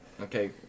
Okay